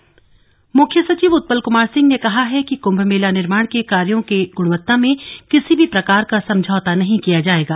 कुंम मेला बैठक मुख्य सचिव उत्पल कुमार सिंह ने कहा है कि कुंम मेला निर्माण कार्यों के गुणवत्ता में किसी भी प्रकार का समझौता नहीं किया जाएगा